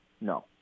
No